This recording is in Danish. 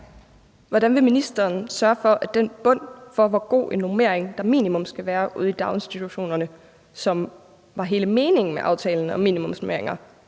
Hvordan vil ministeren sørge for, at den bund for, hvilken normering der minimum skal være ude i daginstitutionerne – hvilket var hele meningen med aftalen om minimumsnormeringer